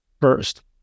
First